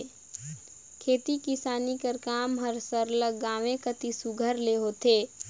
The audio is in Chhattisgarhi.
खेती किसानी कर काम हर सरलग गाँवें कती सुग्घर ले होथे